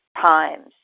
times